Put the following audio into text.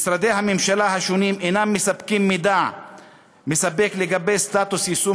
משרדי הממשלה השונים אינם מספקים מידע מספק לגבי סטטוס יישום